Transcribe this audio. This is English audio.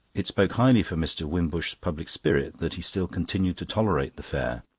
it spoke highly for mr. wimbush's public spirit that he still continued to tolerate the fair.